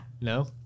No